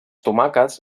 tomàquets